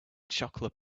chocolate